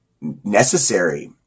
necessary